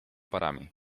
parami